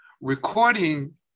recording